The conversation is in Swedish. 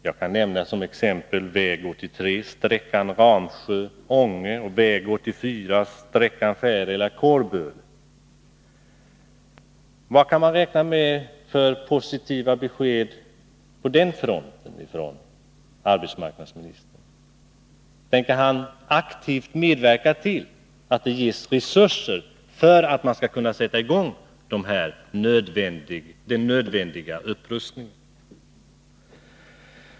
Jag kan som exempel nämna väg 83 sträckan Ramsjö-Ånge och väg 84 sträckan Färila-Kårböle. Vilka positiva besked kan man på den fronten räkna med från arbetsmarknadsministern? Tänker han aktivt medverka till att det avsätts resurser så att man kan sätta i gång med den nödvändiga upprustningen?